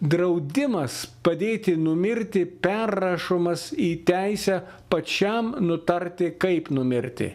draudimas padėti numirti perrašomas į teisę pačiam nutarti kaip numirti